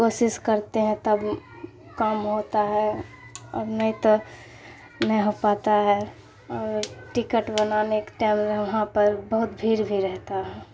کوشش کرتے ہیں تب کام ہوتا ہے اور نہیں تو نہیں ہو پاتا ہے اور ٹکٹ بنانے کے ٹائم میں وہاں پر بہت بھیڑ بھی رہتا ہے